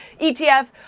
ETF